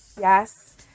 Yes